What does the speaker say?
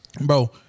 Bro